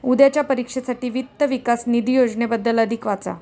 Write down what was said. उद्याच्या परीक्षेसाठी वित्त विकास निधी योजनेबद्दल अधिक वाचा